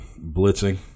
blitzing